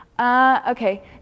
Okay